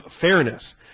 fairness